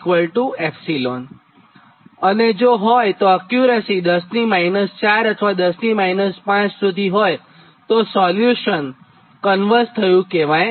એટલે કે અને જો હોય અને અક્યુરસી 10 ની 4 અથવા 10 ની 5 સુધી હોય તોસોલ્યુશન કન્વર્જ થયું કહેવાય